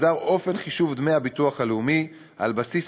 הוסדר אופן חישוב דמי הביטוח הלאומי על בסיס